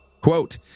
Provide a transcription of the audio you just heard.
Quote